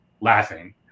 laughing